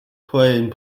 preying